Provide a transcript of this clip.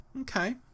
okay